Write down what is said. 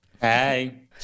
Hey